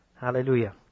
Hallelujah